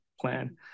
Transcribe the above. plan